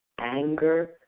anger